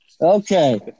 Okay